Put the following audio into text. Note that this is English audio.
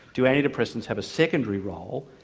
do antidepressants have a secondary role,